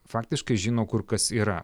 faktiškai žino kur kas yra